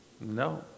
No